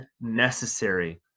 necessary